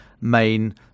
main